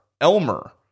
Elmer